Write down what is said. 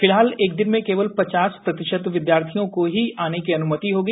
फिलहाल एक दिन में केवल पचास प्रतिशत विद्यार्थियों र्का ही आने की अनुमति होगी